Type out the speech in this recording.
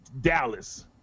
Dallas